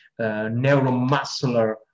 neuromuscular